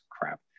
crap